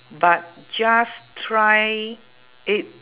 but just try it